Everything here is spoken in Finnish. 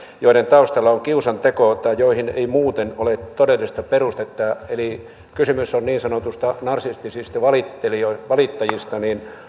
joiden taustalla on kiusanteko tai joihin ei muuten ole todellista perustetta eli kysymys on niin sanotuista narsistisista valittajista valittajista